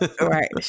Right